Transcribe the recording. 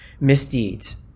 misdeeds